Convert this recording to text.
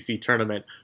tournament